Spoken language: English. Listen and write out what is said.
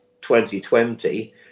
2020